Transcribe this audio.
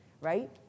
right